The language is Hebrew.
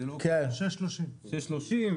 6.30,